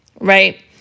right